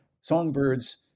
Songbirds